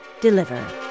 deliver